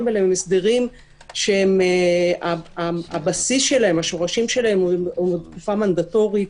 עליהם הם הסברים שהבסיס שלהם הם מהתקופה המנדטורית